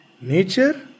nature